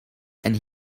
and